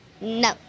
No